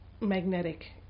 magnetic